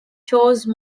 chose